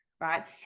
right